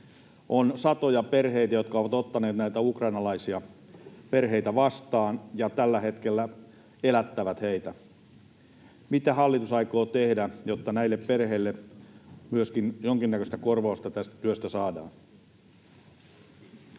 On satoja perheitä, jotka ovat ottaneet näitä ukrainalaisia perheitä vastaan ja tällä hetkellä elättävät heitä. Mitä hallitus aikoo tehdä, jotta näille perheille myöskin jonkinnäköistä kor-vausta tästä työstä saadaan?